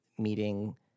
meeting